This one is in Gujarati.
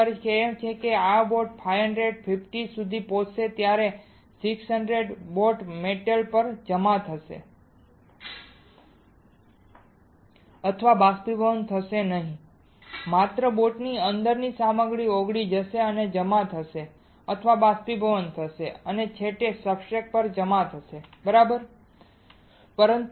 તેનો અર્થ એ છે કે જ્યારે આ બોટ 550 સુધી પહોંચશે ત્યારે 600 બોટ બોટ મેટલ જમા થશે નહીં અથવા બાષ્પીભવન થશે નહીં માત્ર બોટની અંદરની સામગ્રી ઓગળી જશે અને જમા થશે અથવા બાષ્પીભવન થશે અને છેલ્લે સબસ્ટ્રેટ પર જમા સાચું